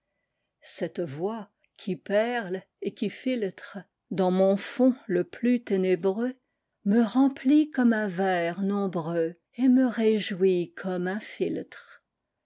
cette voix qui perle et qui filtredans mon fond le plus ténébreux me remplit comme un vers nombreuxet me réjouit comme un philtre